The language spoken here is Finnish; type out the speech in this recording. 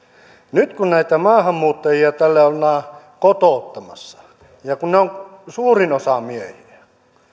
nyt kun näitä maahanmuuttajia täällä ollaan kotouttamassa ja kun he ovat suurin osa miehiä